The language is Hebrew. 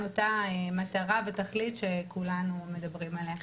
אותה מטרה ותכלית שכולנו מדברים עליה.